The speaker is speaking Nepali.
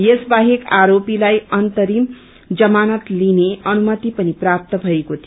यस बाहेक आरोपीलाई अन्तरिम जमानत लिने अनुमति पनि प्राप्त भएको थियो